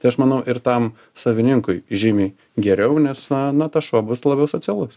tai aš manau ir tam savininkui žymiai geriau nes na tas šuo bus labiau socialus